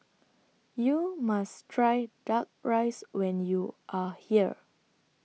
YOU must Try Duck Rice when YOU Are here